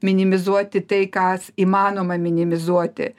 minimizuoti tai kas įmanoma minimizuoti